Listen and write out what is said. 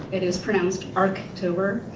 it is pronounced arctober,